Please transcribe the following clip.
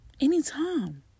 Anytime